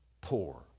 poor